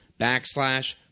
backslash